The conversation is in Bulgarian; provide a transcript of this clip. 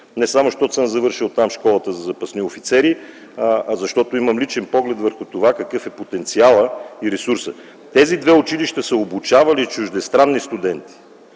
не само защото съм завършил там Школата за запасни офицери, а защото имам личен поглед върху това какъв е потенциалът и ресурсът. Тези две училища са обучавали чуждестранни студенти,